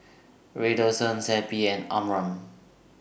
Redoxon Zappy and Omron